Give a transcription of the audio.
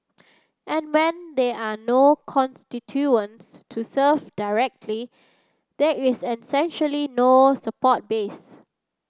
and when there are no constituents to serve directly there is essentially no support base